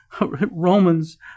Romans